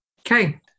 Okay